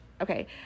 Okay